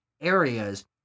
areas